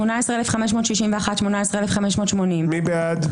18,301 עד 18,320. מי בעד?